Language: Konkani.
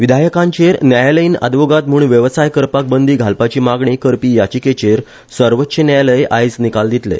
विधायकांचेर न्यायालयानी आदवोगाद म्हण व्यवसाय करपाक बंदी घालपाची मागणी करपी याचिकेचेर सर्वोच्च न्यायालय आयज निकाल दितले